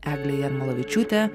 eglė jarmolavičiūtė